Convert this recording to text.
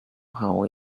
how